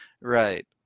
right